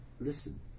listen